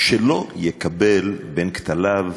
שלא יקבל אל בין כתליו